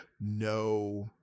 no